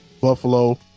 Buffalo